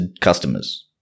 customers